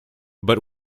but